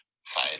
side